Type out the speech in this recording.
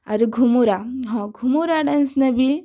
ଆରୁ ଘୁମୁରା ହଁ ଘୁମୁରା ଡେନ୍ସନେ ବି